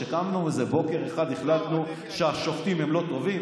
שקמנו איזה בוקר אחד והחלטנו שהשופטים הם לא טובים?